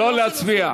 לא להצביע.